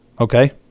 okay